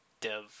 dev